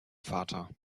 vater